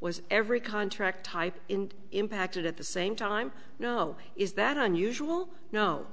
was every contract type impacted at the same time you know is that unusual no